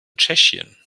tschechien